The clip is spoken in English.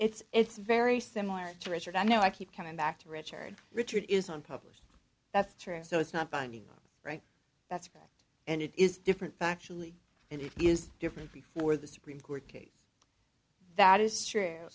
it's it's very similar to richard i know i keep coming back to richard richard is on published that's true so it's not binding right that's correct and it is different factually and it is different before the supreme court case that is